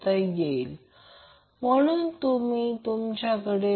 तर हे जनरेटर आहे हे एकत्रितपणे वेगळे आहे